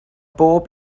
bob